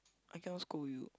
I cannot scold you